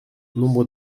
nombre